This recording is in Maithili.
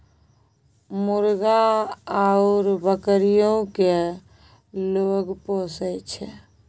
मुर्गा आउर बकरीयो केँ लोग पोसय छै